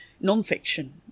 non-fiction